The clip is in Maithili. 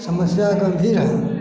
समस्या गम्भीर हइ